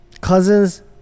cousins